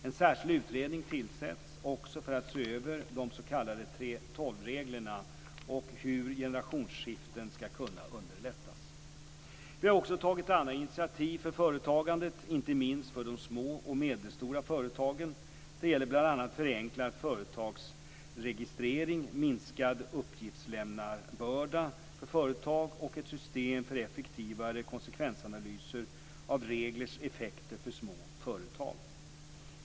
En särskild utredning tillsätts också för att se över de s.k. 3:12 reglerna och hur generationsskiften skall kunna underlättas. Vi har också tagit andra initiativ för företagandet, inte minst för de små och medelstora företagen. Det gäller bl.a. förenklad företagsregistrering, minskad uppgiftslämnarbörda för företag och ett system för effektivare konsekvensanalyser av reglers effekter för små företag.